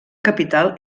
capital